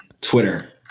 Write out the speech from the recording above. Twitter